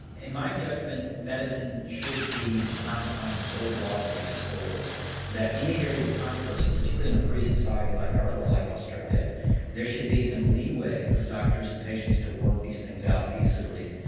in my judgment medicine should be not defined so broadly in its goals that in these areas of controversy, particularly in a free society like ours, or like australia there should be some leeway for doctors and patients to work these things out peaceably.